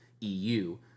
EU